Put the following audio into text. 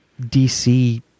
DC